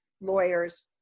lawyers